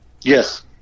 yes